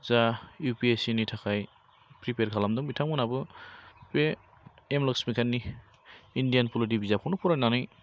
जा U P S C नि थाखाय प्रिपियार खालामदों बिथांमोनहाबो बे एम लक्समिकान्तनि इण्डियान पलिटि बिजाबखौनो फरायनानै